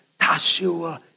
Tashua